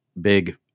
big